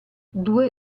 due